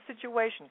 situation